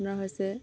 আপোনাৰ হৈছে